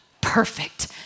perfect